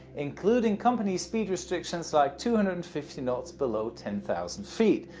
including company speed restrictions like two hundred and fifty knots bellow ten thousand feet.